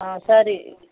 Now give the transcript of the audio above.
ஆ சரி